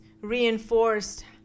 reinforced